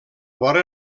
vora